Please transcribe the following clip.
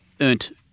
earned